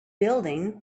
building